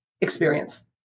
Experience